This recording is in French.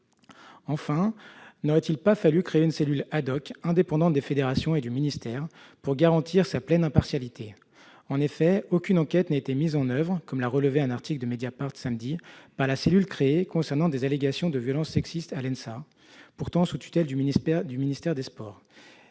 Enfin, n'aurait-il pas fallu créer une cellule, indépendante des fédérations et du ministère, pour garantir sa pleine impartialité ? En effet, aucune enquête n'a été mise en oeuvre, comme l'a relevé un article de paru samedi, par la cellule créée concernant des allégations de violences sexistes à l'École nationale de ski et